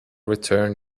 return